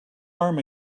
arm